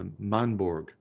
Manborg